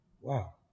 Wow